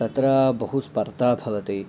तत्र बहु स्पर्धा भवति